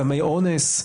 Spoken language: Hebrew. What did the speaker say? סמי אונס,